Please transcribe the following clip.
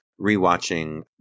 rewatching